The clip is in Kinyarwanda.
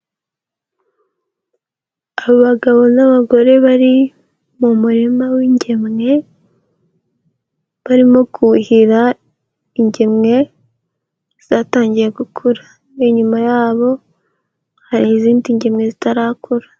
Abagabo n'abagore bari mu murima w'ingemwe, barimo kuhira ingemwe, zatangiye gukura, inyuma yabo, hari izindi ngemwe zitarakura.